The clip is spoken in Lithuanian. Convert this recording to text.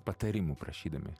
patarimų prašydami